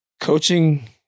coaching